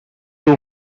too